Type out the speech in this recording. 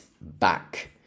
back